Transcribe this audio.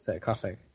classic